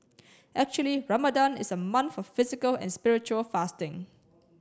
actually Ramadan is a month of physical and spiritual fasting